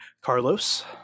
Carlos